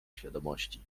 świadomości